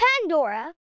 Pandora